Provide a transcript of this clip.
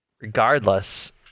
regardless